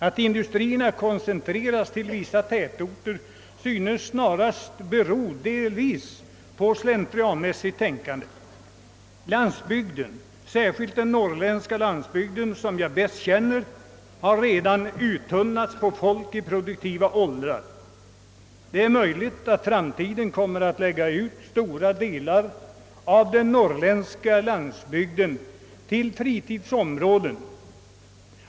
Att industrierna koncentreras till vissa tätorter synes snarast delvis bero på slentriantänkande. Landsbygden — särskilt den norrländska landsbygden, som jag bäst känner — har redan uttunnats på folk i produktiva åldrar. Det är möjligt att man i framtiden kommer att lägga ut stora delar av den norrländska landsbygden till fritidsområden.